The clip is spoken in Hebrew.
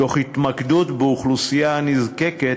תוך התמקדות באוכלוסייה הנזקקת,